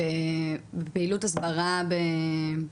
חוויתי חוויות מדהימות, התאהבות, פרידה,